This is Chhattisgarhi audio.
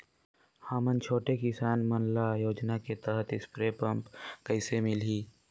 हमन छोटे किसान मन ल योजना के तहत स्प्रे पम्प कइसे मिलही?